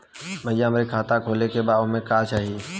भईया हमार खाता खोले के बा ओमे का चाही?